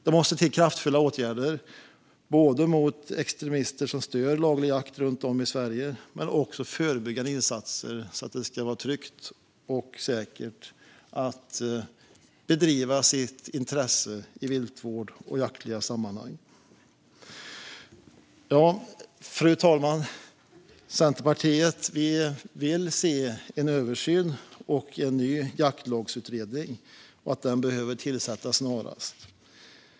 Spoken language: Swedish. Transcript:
Det måste till kraftfulla åtgärder mot extremister som stör laglig jakt runt om i Sverige. Det behövs också förebyggande insatser så att det blir tryggt och säkert att bedriva sitt intresse i viltvård och jaktliga sammanhang. Fru talman! Centerpartiet vill se en översyn och en ny jaktlagsutredning, och den behöver tillsättas snarast.